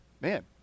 man